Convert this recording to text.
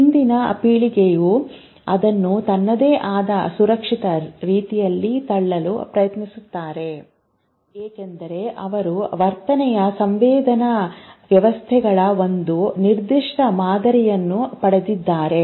ಹಿಂದಿನ ಪೀಳಿಗೆಯು ಅದನ್ನು ತನ್ನದೇ ಆದ ಸುರಕ್ಷಿತ ರೀತಿಯಲ್ಲಿ ತಳ್ಳಲು ಪ್ರಯತ್ನಿಸುತ್ತಾರೆ ಏಕೆಂದರೆ ಅವರು ವರ್ತನೆಯ ಸಂವೇದನಾ ವ್ಯವಸ್ಥೆಗಳ ಒಂದು ನಿರ್ದಿಷ್ಟ ಮಾದರಿಯನ್ನು ಪಡೆದಿದ್ದಾರೆ